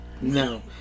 No